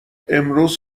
امروز